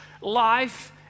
life